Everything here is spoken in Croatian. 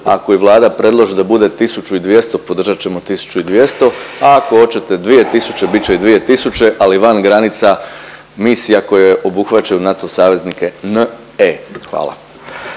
ako i Vlada predloži da 1.200 podržat ćemo 1.200, a ako hoćete 2.000 bit će i 2.000 ali van granica misija koje obuhvaćaju NATO saveznike ne. Hvala.